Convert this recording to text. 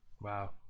Wow